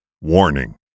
Warning